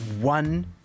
one